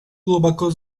глубоко